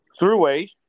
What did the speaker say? throughway